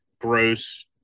gross